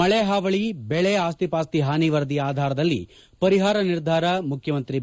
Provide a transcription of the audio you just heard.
ಮಳೆ ಪಾವಳಿ ಬೆಳೆ ಆಸ್ತಿ ಪಾಸ್ತಿ ಪಾನಿ ವರದಿ ಆಧಾರದಲ್ಲಿ ಪರಿಹಾರ ನಿರ್ಧಾರ ಮುಖ್ಯಮಂತ್ರಿ ಬಿ